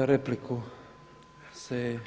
Za repliku se